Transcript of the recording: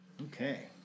Okay